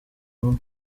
umwe